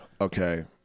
Okay